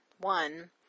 One